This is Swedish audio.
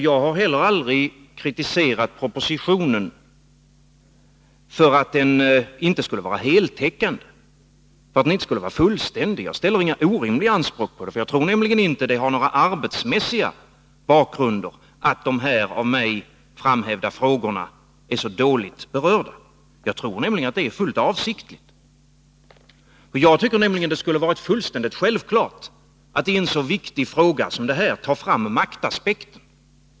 Jag har aldrig kritiserat propositionen för att den inte skulle vara heltäckande eller fullständig. Jag ställer inga orimliga anspråk. Jag tror nämligen inte att det har någon arbetsmässig bakgrund att de av mig nu framhävda frågorna är så dåligt berörda. Jag tror nämligen att detta är fullt avsiktligt. Jag tycker nämligen att det skulle ha varit fullständigt självklart att ien så viktig fråga som denna ta fram maktaspekten.